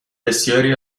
بسیاری